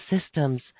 systems